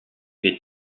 est